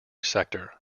sector